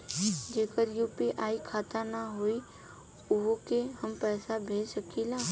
जेकर यू.पी.आई खाता ना होई वोहू के हम पैसा भेज सकीला?